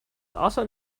also